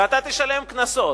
ואתה תשלם קנסות.